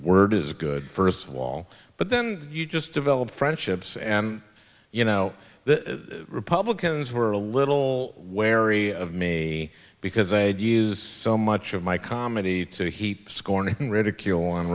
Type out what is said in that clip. word is good first of all but then you just develop friendships and you know the republicans were a little wary of me because i'd use so much of my comedy to heap scorn and ridicule on